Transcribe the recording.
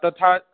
तथा